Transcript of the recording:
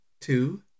Two